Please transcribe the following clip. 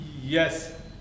Yes